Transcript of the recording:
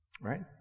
right